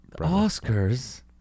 Oscars